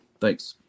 Thanks